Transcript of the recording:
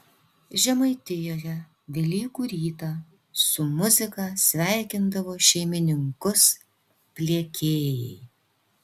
žemaitijoje velykų rytą su muzika sveikindavo šeimininkus pliekėjai